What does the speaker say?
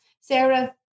Sarah